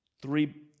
Three